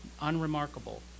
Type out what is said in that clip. unremarkable